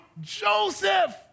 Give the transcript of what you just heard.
Joseph